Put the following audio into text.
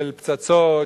של פצצות,